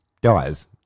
dies